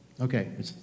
Okay